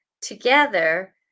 together